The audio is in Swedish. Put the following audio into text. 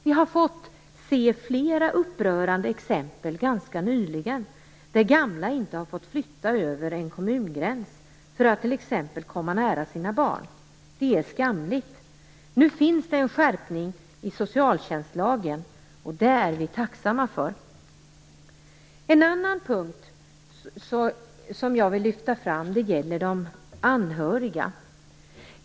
Det har förekommit flera upprörande exempel ganska nyligen där gamla inte har fått flytta över en kommungräns för att t.ex. komma närmare sina barn. Det är skamligt. Nu görs det en skärpning i socialtjänstlagen, och det är vi tacksamma för. En annan punkt som jag vill lyfta fram gäller de anhöriga.